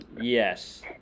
Yes